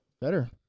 Better